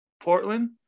Portland